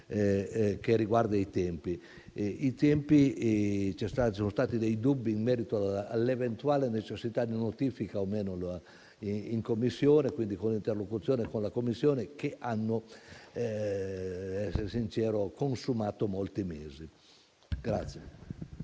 che riguarda i tempi. Vi sono stati dei dubbi in merito all'eventuale necessità di notifica o meno in Commissione, e quindi con l'interlocuzione con la Commissione, che hanno consumato molti mesi.